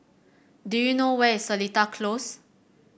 do you know where is Seletar Close